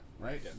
right